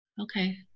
Okay